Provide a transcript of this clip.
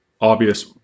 obvious